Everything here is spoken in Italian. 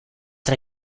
tra